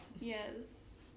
Yes